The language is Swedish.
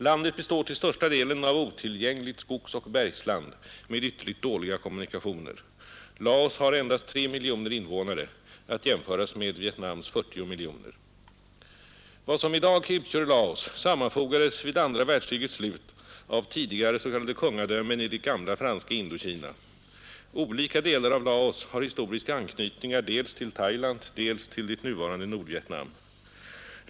Landet består till största delen av otillgängligt skogsoch bergsland med ytterst dåliga kommunikationer. Laos har endast 3 miljoner invånare, vilket kan jämföras med Vietnams 40 miljoner. Vad som i dag utgör Laos sammanfogades vid andra världskrigets slut av tidigare s.k. kungadömen i det gamla franska Indokina. Olika delar av Laos har historiska anknytningar dels till Thailand, dels till det nuvarande Nordvietnam.